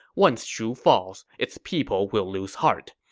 once shu falls, its people will lose heart.